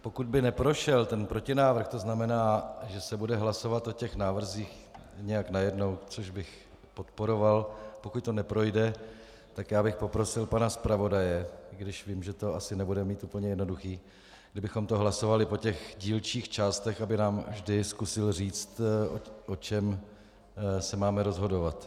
Pokud by neprošel ten protinávrh, to znamená, že se bude hlasovat o těch návrzích nějak najednou, což bych podporoval, pokud to neprojde, tak bych poprosil pana zpravodaje, i když vím, že to asi nebude mít úplně jednoduché, kdybychom to hlasovali po těch dílčích částech, aby nám vždy zkusil říct, o čem se máme rozhodovat.